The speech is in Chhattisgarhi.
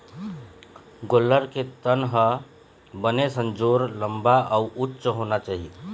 गोल्लर के तन ह बने संजोर, लंबा अउ उच्च होना चाही